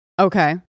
Okay